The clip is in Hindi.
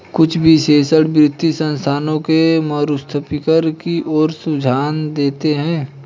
कुछ विशेषज्ञ वित्तीय संस्थानों के समरूपीकरण की ओर रुझान देखते हैं